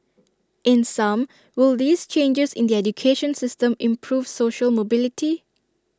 in sum will these changes in the education system improve social mobility